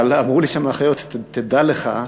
אבל אמרו לי שם האחיות: תדע לך,